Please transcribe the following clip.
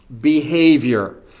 behavior